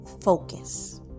focus